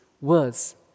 words